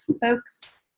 folks